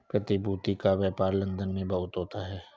प्रतिभूति का व्यापार लन्दन में बहुत होता है